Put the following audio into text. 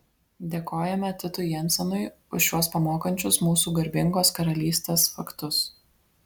dėkojame titui jensenui už šiuos pamokančius mūsų garbingos karalystės faktus